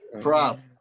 Prof